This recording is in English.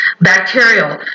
bacterial